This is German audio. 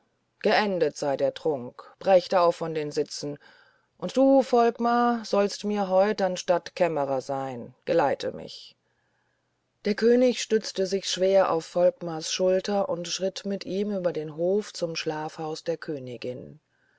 geendet sei der trunk brecht auf von den sitzen und du volkmar sollst mir heut anstatt kämmerer sein geleite mich der könig stützte sich schwer auf volkmars schulter und schritt mit ihm über den hof zum schlafhaus der königin